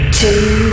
two